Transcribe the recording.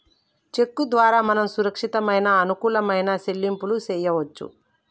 చెక్కు ద్వారా మనం సురక్షితమైన అనుకూలమైన సెల్లింపులు చేయవచ్చు